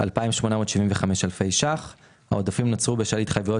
2,875 אלפי ₪- העודפים נוצרו בשל התחייבויות